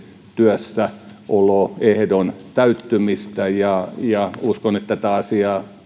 työssäoloehdon täyttymistä uskon että tätä asiaa